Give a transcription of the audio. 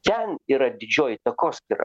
ten yra didžioji takoskyra